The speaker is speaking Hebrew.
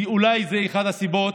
ואולי זאת אחת הסיבות,